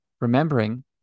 remembering